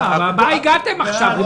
הגעתם רק עכשיו.